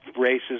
races